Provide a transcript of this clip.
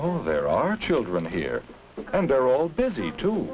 oh there are children here and they're all busy too